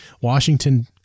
Washington